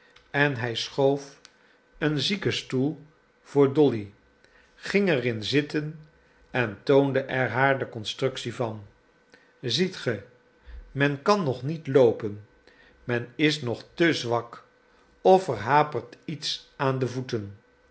en hij schoof een ziekenstoel voor dolly ging er in zitten en toonde er haar de constructie van ziet ge men kan nog niet loopen men is nog te zwak of er hapert iets aan de voeten